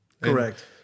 Correct